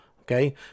Okay